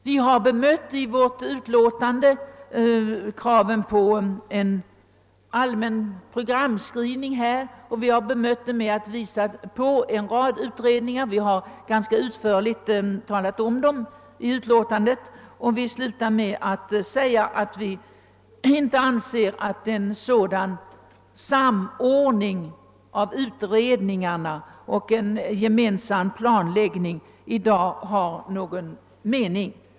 Vi har i utskottets utlåtande bemött kravet på en allmän programskrivning genom att hänvisa till en rad utredningar. Vi har ganska utförligt redogjort för dessa i utlåtandet, och vi anför avslutningsvis att vi inte anser att en sådan samordning av utredningarna och en sådan gemensam planläggning, som begärts, i dag har någon mening.